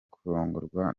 kurongorwa